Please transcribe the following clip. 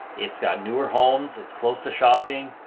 it's got newer homes, it's close to shopping.